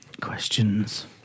questions